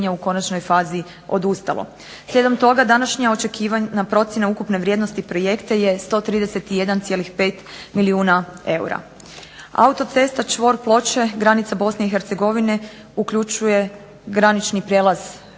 u konačnoj fazi odustalo. Slijedom toga današnja očekivanja procjena ukupne vrijednosti projekta je 131,5 milijuna eura. Autocesta čvor Ploče-granica BiH uključuje granični prijelaz